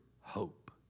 hope